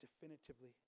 definitively